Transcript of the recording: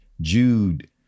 Jude